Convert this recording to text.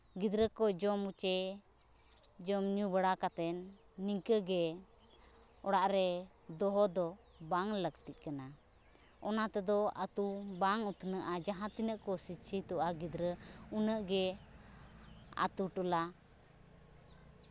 ᱜᱤᱫᱽᱨᱟᱹ ᱠᱚ ᱡᱚᱢ ᱥᱮ ᱡᱚᱢᱼᱧᱩ ᱵᱟᱲᱟ ᱠᱟᱛᱮᱫ ᱱᱤᱝᱠᱟᱹ ᱜᱮ ᱚᱲᱟᱜ ᱨᱮ ᱫᱚᱦᱚ ᱫᱚ ᱵᱟᱝ ᱞᱟᱹᱠᱛᱤᱜ ᱠᱟᱱᱟ ᱚᱱᱟ ᱛᱮᱫᱚ ᱟᱛᱳ ᱵᱟᱝ ᱩᱛᱱᱟᱹᱜᱼᱟ ᱡᱟᱦᱟᱸ ᱛᱤᱱᱟᱹᱜ ᱠᱚ ᱥᱤᱠᱠᱷᱤᱛᱚᱜᱼᱟ ᱜᱤᱫᱽᱨᱟᱹ ᱩᱱᱟᱹᱜ ᱜᱮ ᱟᱛᱳ ᱴᱚᱞᱟ